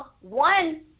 one